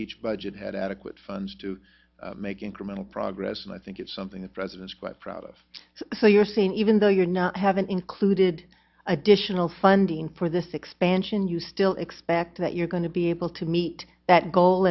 each budget had adequate funds to make incremental progress and i think it's something the president's quite proud of so you're saying even though you're not haven't included additional funding for this expansion you still expect that you're going to be able to meet that goal